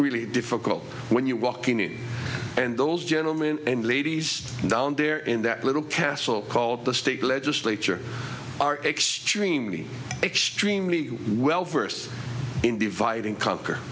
really difficult when you walk in and those gentlemen and ladies down there in that little castle called the state legislature are extremely extremely well versed in divide and conquer